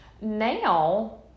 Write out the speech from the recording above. Now